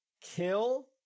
kill